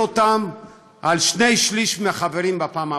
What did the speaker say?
אותם על שני שלישים מהחברים בפעם הבאה.